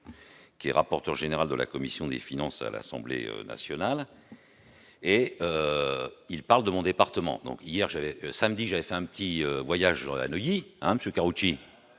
Giraud, rapporteur général de la commission des finances à l'Assemblée nationale, qui parle de mon département. Samedi, j'ai fait un petit voyage à Neuilly-sur-Seine, monsieur Karoutchi,